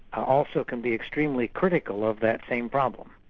ah also can be extremely critical of that same problem.